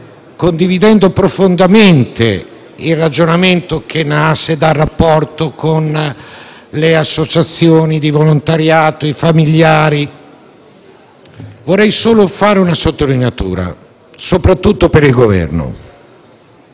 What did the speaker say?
Aderendo profondamente al ragionamento che nasce dal rapporto con le associazioni di volontariato e i familiari, vorrei solo fare una sottolineatura, soprattutto per il Governo.